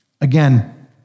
Again